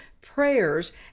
prayers